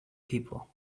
people